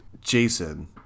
Jason